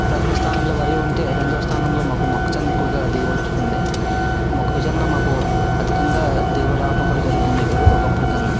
ప్రథమ స్థానంలో వరి ఉంటే రెండవ స్థానంలో మాకు మొక్కజొన్న ఎక్కువగా దిగుబడి వస్తుంది మొక్కజొన్న మాకు అధికంగా దిగబడి రావటం కూడా జరుగుతుంది ఇప్పుడు ఒకప్పుడు కన్నా